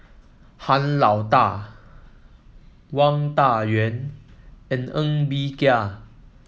Han Lao Da Wang Dayuan and Ng Bee Kia